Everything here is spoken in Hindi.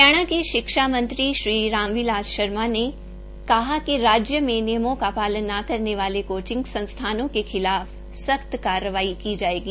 हरियाणा के शिक्षा मंत्री श्री राम बिलास शर्मा ने कहा कि राज्य में नियमों का पालन न करने वाले कोचिंग संस्थानों के खिलाफ सख्त कार्रवाई की जाएगी